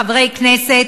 חברי כנסת.